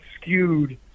skewed